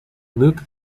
luke